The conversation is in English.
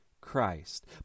Christ